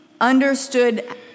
understood